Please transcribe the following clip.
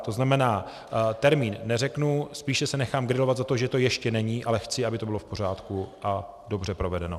To znamená, termín neřeknu, spíše se nechám grilovat za to, že to ještě není, ale chci, aby to bylo v pořádku a dobře provedeno.